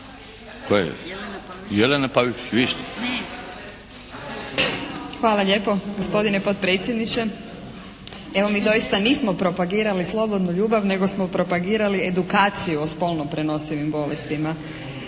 Jelena (SDP)** Hvala lijepo gospodine potpredsjedniče. Evo mi doista nismo propagirali slobodnu ljubav nego smo propagirali edukaciju o spolno prenosivim bolestima